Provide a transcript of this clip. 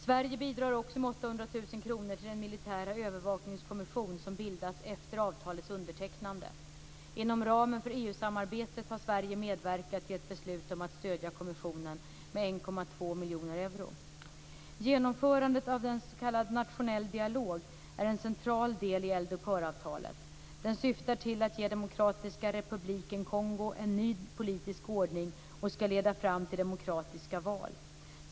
Sverige bidrar också med 800 000 kr till den militära övervakningskommission som bildats efter avtalets undertecknande. Inom ramen för EU samarbetet har Sverige medverkat till ett beslut om att stödja kommissionen med 1,2 miljoner euro. Genomförandet av en s.k. nationell dialog är en central del i eldupphöravtalet. Denna syftar till att ge Demokratiska republiken Kongo en ny politisk ordning och ska leda fram till demokratiska val.